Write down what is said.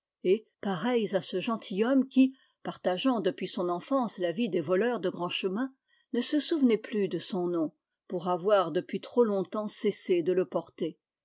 pareils à ce gentilhomme qui partageant depuis son enfance lavie des voleurs de grand chemin ne se souvenait plus de son nom pour avoir depuis trop longtemps cessé de le porter